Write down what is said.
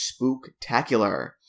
Spooktacular